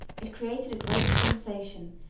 it created a great sensation,